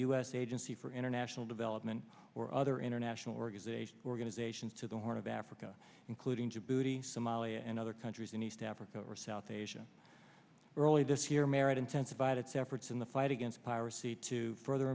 s agency for international development or other international organization organizations to the horn of africa including djibouti somalia and other countries in east africa or south asia early this year merritt intensified its efforts in the fight against piracy to further